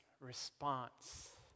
response